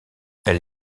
elle